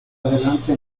adelante